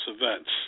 events